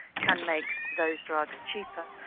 can make those drugs cheaper,